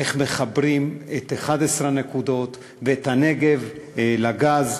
איך מחברים את 11 הנקודות ואת הנגב לגז.